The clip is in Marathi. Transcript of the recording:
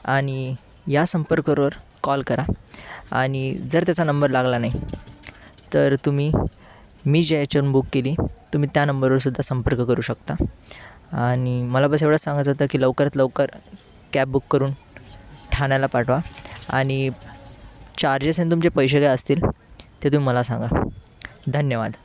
आणि या संपर्कावर कॉल करा आणि जर त्याचा नंबर लागला नाही तर तुम्ही मी ज्या याच्यावरून बुक केली तुम्ही त्या नंबरवर सुद्धा संपर्क करू शकता आणि मला बस एवढंच सांगायचं होतं की लवकरात लवकर कॅब बुक करून ठाण्याला पाठवा आणि चार्जेस आणि तुमचे पैसे काय असतील ते तुम्ही मला सांगा धन्यवाद